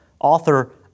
author